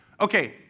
Okay